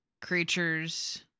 creatures